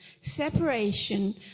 Separation